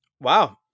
wow